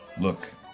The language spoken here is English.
Look